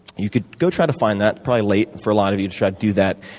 you could go try to find that. probably late for a lot of you to try to do that.